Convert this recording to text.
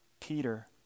Peter